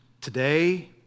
today